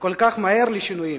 כל כך מהר לשינויים.